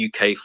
UK